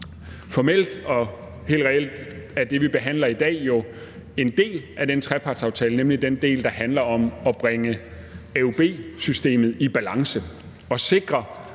Formelt og helt reelt er det, vi behandler i dag, jo en del af den trepartsaftale, nemlig den del, der handler om at bringe AUB-systemet i balance og sikre,